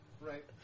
Right